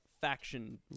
faction